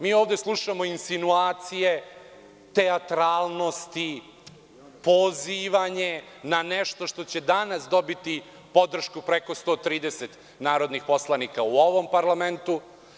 Mi ovde slušamo insinuacije, teatralnosti, pozivanje na nešto što će danas dobiti podršku preko 130 narodnih poslanika u ovom parlamentu.